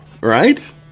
Right